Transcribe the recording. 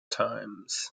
times